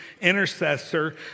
intercessor